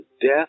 death